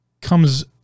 comes